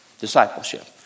Discipleship